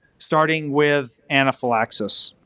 starting with anaphylaxis.